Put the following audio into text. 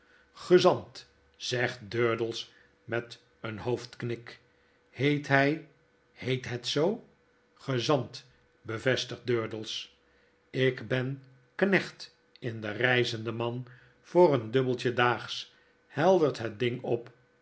gezant zegt durdels met een hoofdknik heet hy heet het zoo gezant bevestigt durdels lk ben knecht in de eeizende man voor een dubbeltje daags heldert het ding op